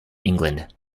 england